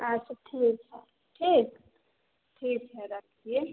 हाँ तो ठीक है ठीक ठीक है रखिए